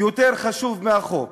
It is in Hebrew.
יותר חשוב מהחוק.